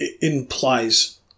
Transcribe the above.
implies